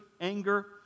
anger